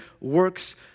works